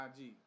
IG